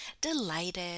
delighted